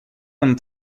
them